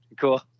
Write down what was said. cool